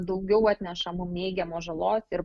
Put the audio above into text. daugiau atneša mum neigiamos žalos ir